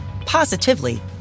positively